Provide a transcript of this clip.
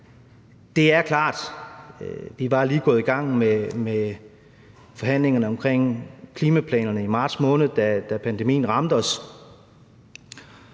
løbet af året. Vi var lige gået i gang med forhandlingerne om klimaplanerne i marts måned, da pandemien ramte os,